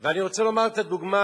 ואני רוצה לומר את הדוגמה,